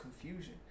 confusion